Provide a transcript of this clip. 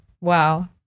Wow